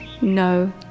no